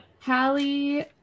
Hallie